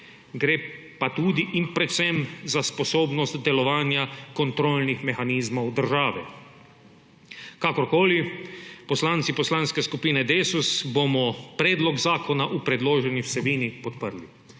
Gre pa tudi in predvsem za sposobnost delovanja kontrolnih mehanizmov države. Kakorkoli, poslanci Poslanske skupine Desus bomo predlog zakona v predloženi vsebini podprli.